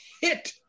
hit